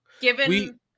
Given